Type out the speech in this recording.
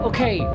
Okay